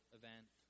event